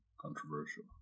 controversial